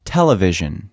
Television